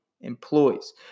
employees